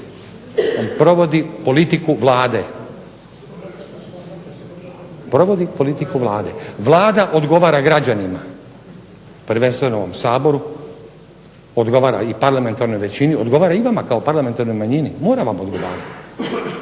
On provodi politiku Vlade. Provodi politiku Vlade. Vlada odgovara građanima, prvenstveno ovome Saboru, odgovara i parlamentarnoj većini odgovara i vama kao parlamentarnoj manjini, mora vam odgovarati,